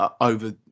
over